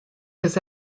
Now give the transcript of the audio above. his